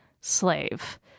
slave